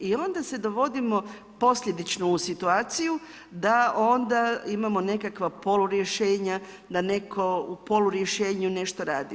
I onda se dovodimo posljedično u situaciju, da onda imamo nekakva polurješenja, da netko u polurješenju nešto radi.